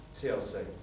TLC